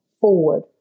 forward